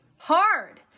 hard